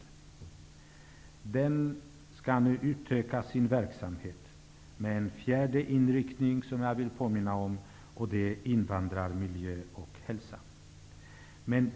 Institutet skall nu utöka sin verksamhet med en fjärde inriktning, på invandrarmiljö och hälsa.